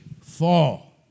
fall